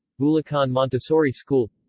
bulacan montessori school